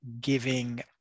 giving